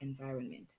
environment